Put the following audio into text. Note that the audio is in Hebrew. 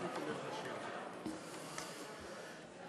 מים וביוב),